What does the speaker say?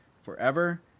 forever